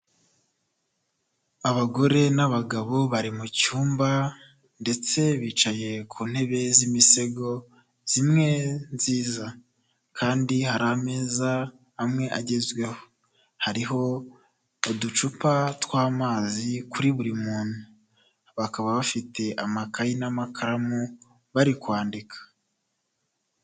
Abagore n'abagabo bari mu cyumba ndetse bicaye ku ntebe z'imisego zimwe nziza kandi hari ameza amwe agezweho hariho uducupa tw'amazi kuri buri muntu bakaba bafite amakayi n'amakaramu bari kwandika.